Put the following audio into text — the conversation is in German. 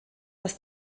das